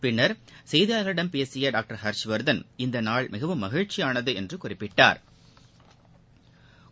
பின்னர் செய்தியாளர்களிடம் பேசிய டாக்டர் ஹர்ஷ்வர்தன் இந்த நாள் மிகவும் மகிழ்ச்சியானது என்று குறிப்பிட்டா்